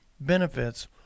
benefits